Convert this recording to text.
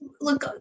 look